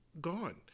gone